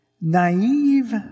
Naive